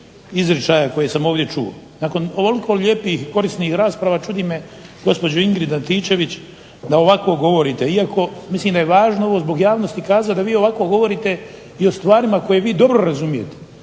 izričaja koje sam ovdje čuo. Nakon ovoliko lijepih i korisnih rasprava čudi me gospođo Ingrid Antičević da ovako govorite, iako mislim da je važno ovo zbog javnosti kazati da vi ovako govorite i o stvarima koje vi dobro razumijete,